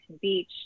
Beach